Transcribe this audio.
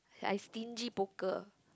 I stingy poker